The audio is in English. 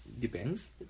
Depends